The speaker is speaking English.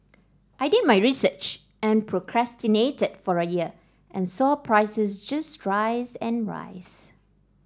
I did my research and procrastinated for a year and saw prices just rise and rise